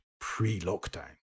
pre-lockdown